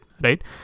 right